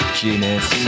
genius